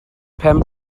pen